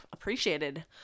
appreciated